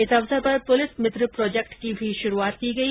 इस अवसर पर पुलिस मित्र प्रोजेक्ट की भी शुरूआत की गई